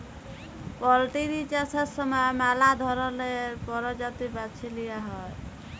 poultry চাষের সময় ম্যালা ধরলের পরজাতি বাছে লিঁয়া হ্যয়